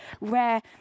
rare